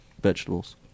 vegetables